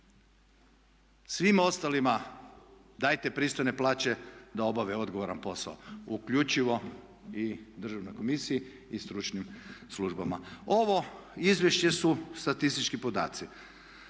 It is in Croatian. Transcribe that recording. svima ostalima dajte pristojne plaće da obave odgovoran posao uključivo i državnoj komisiji i stručnim službama. Ovo izvješće su statistički podaci.